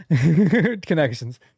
connections